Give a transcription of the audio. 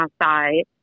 outside